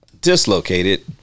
dislocated